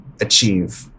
achieve